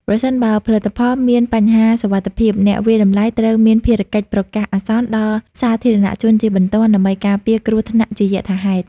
ប្រសិនបើផលិតផលមានបញ្ហាសុវត្ថិភាព អ្នកវាយតម្លៃត្រូវមានភារកិច្ចប្រកាសអាសន្នដល់សាធារណជនជាបន្ទាន់ ដើម្បីការពារគ្រោះថ្នាក់ជាយថាហេតុ។